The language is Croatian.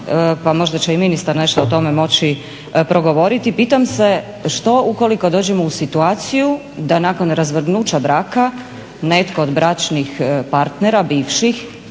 pa možda će i ministar nešto o tome moći progovoriti. Pitam se što ukoliko dođemo u situaciju da nakon razvrgnuća braka netko od bračnih partnera bivših,